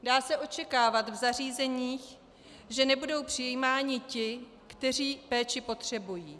Dá se očekávat v zařízeních, že nebudou přijímáni ti, kteří péči potřebují.